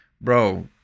bro